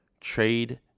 trade